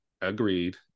Agreed